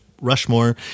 Rushmore